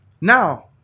Now